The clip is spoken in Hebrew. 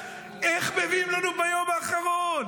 איך מביאים לנו ביום האחרון?